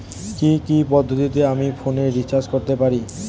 কি কি পদ্ধতিতে আমি ফোনে রিচার্জ করতে পারি?